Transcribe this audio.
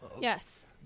Yes